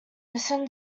listen